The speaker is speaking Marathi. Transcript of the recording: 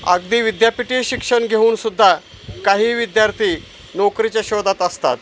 अगदी विद्यापीठ शिक्षण घेऊनसुद्धा काही विद्यार्थी नोकरीच्या शोधात असतात